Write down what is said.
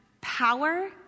power